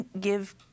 give